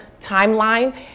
timeline